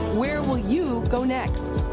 where will you go next?